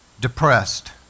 depressed